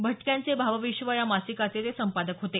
भटक्यांचे भावविश्व या मासिकाचे ते संपादक होते